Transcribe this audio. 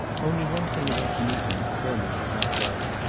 only one thing about the meeting herman had not liked.